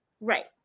right